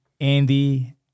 Andy